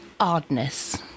Oddness